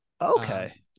Okay